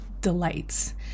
delights